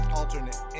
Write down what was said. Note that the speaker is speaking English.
alternate